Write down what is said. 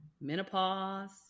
Menopause